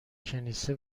کنیسه